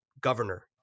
governor